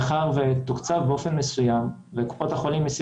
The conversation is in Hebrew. מאחר שתוקצב באופן מסוים ובקופות החולים לא